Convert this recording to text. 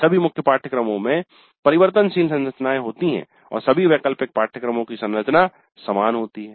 सभी मुख्य पाठ्यक्रमों में परिवर्तनशील संरचनाएँ होती हैं और सभी वैकल्पिक पाठ्यक्रमों की संरचना समान होती है